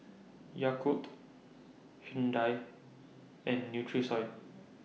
Yakult Hyundai and Nutrisoy